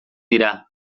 dira